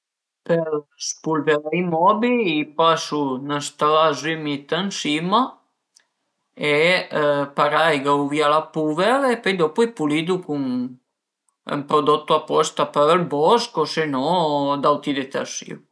Për spulveré i mobi-i pasu ün stras ümid ën sima e parei gavu vìa la puver e pöi dopu i pulidu cun ën prodotto a posta për ël bosch o se no d'auti detersìu